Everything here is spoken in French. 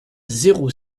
zéro